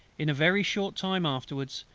in a very short time afterwards,